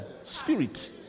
Spirit